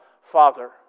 Father